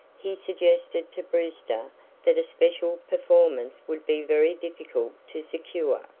he suggested to brewster that a special performance would be very difficult to secure,